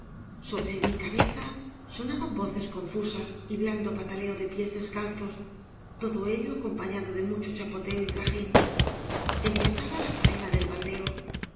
sobre mi cabeza sonaban voces confusas y blando pataleo de pies descalzos todo ello acompañado de mucho chapoteo y trajín empezaba la faena del baldeo